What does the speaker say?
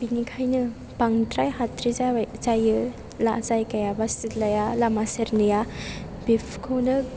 बिनिखायनो बांद्राय हाद्रि जायो जायगाया बा सिथलाया लामा सेरनिआ बेखौनो